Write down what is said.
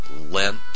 Lent